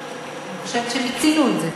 אני חושבת שמיצינו את זה.